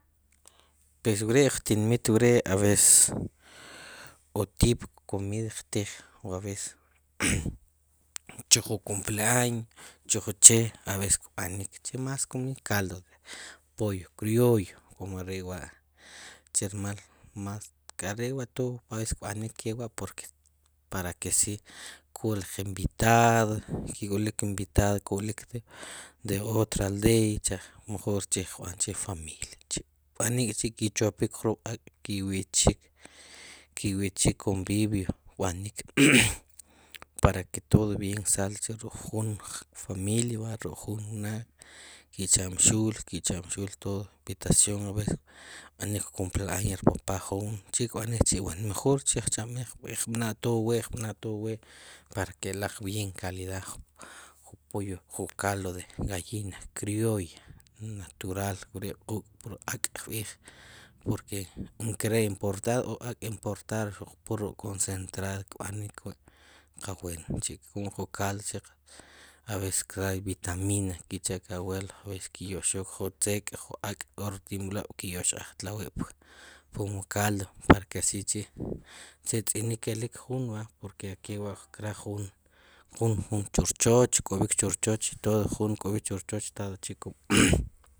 Pues we' qtinmit wre' a veces k'o tipo comida qtiij o a veces chue ju cumpleaños, chu ju che aveces kb'anik che más comida, caldo de pollo criollo, como are' wa' chermal más are' wa' todo, a veces kb'anik are' wa' porque para que asi ku'l ke'q invitados ik'olik qe'q ivitados ku'lik de otra aldea cha' mejor chi' chaqb'an chu familia chi', kb'anik k'chi' ki' chopik rjub' ak' ki' wi'txik, k'iwitxin, convivio kb'anik para que todo bien sale ruk' jun familia, ruk' jun ne ki' chamb'xul todo invitación, k'o veces cumpleaños r papá jun chi kb'anik chi', mejor chi' qchab'ej qb'an' todo wee', qb'an' todo wee' para keloq todo bien calidad, ju pollo, ju caldo de gallina criolla natural wre' quk' pur ak' qb'ij porque ankare' importado, ak' importado xuq pur ruk' concentrado kb'anik wi', qal bueno wi', kum ju caldo a veces trae vitaminas ki' cha ke ri abuelos a veces kyoqxoy ju tzek' ju ak' k'o rti'mlob' ki' yoqxaqaj tlawi' p pchpoom wu caldo para que así chi' ke tz'inik kelik jun porque kewa' kraj jun, jun chr choch, kk'ob'ikk chur choch, todo jun kk'ob'ikk chur choch todo chi'